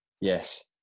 yes